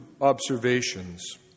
observations